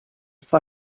for